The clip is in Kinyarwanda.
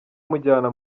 mujyana